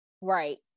right